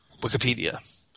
Wikipedia